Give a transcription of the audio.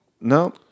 No